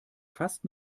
fast